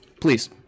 please